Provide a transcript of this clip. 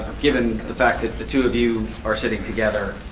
given the fact that the two of you are sitting together,